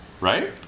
right